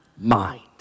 mind